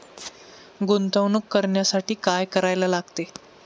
गुंतवणूक करण्यासाठी काय करायला लागते?